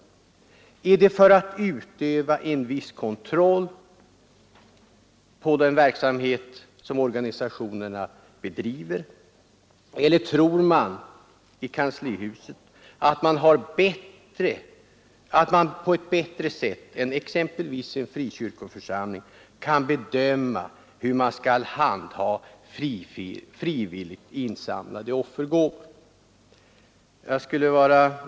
Är det för att utöva en viss kontroll på den verksamhet som organisationerna bedriver, eller tror man i kanslihuset att man på ett bättre sätt än exempelvis en frikyrkoförsamling kan bedöma hur man skall handha frivilligt insamlade offergåvor?